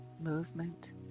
movement